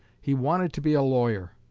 he wanted to be a lawyer.